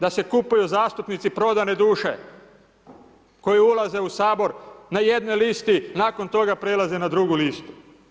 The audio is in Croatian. Da se kupuju zastupnici prodane duše koji ulaze u Sabor na jednoj listi, nakon toga prelaze na drugu listu.